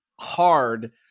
hard